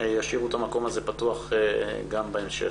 ישאירו את המקום הזה פתוח גם בהמשך.